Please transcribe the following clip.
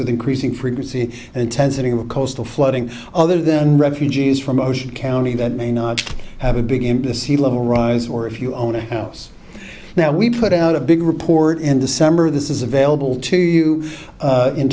with increasing frequency and intensity of coastal flooding other than refugees from ocean county that may not have a big game to sea level rise or if you own a house now we put out a big report in december this is available to you